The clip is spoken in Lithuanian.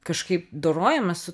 kažkaip dorojamasi